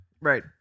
Right